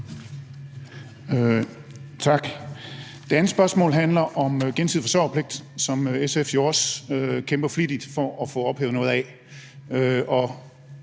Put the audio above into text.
Tak. Det andet spørgsmål handler om gensidig forsørgerpligt, som SF jo også kæmper flittigt for at få ophævet noget af.